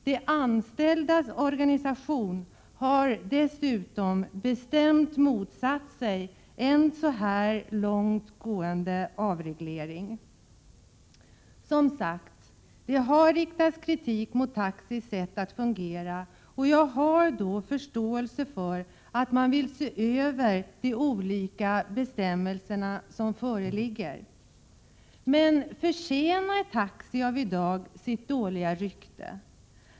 De anställdas organisation har dessutom bestämt motsatt sig en så här långt gående avreglering. Som här sagts har det riktats kritik mot taxis sätt att fungera, och jag har då förståelse för att man vill se över de olika bestämmelser som föreligger. Men förtjänar taxi av i dag sitt dåliga rykte?